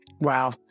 Wow